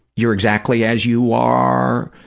you're exactly as you are,